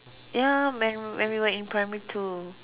ya when when we were in primary two